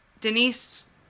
Denise